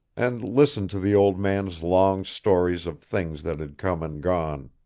and listen to the old man's long stories of things that had come and gone.